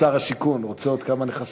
שר השיכון רוצה עוד כמה נכסים.